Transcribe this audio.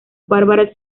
barbara